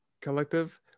Collective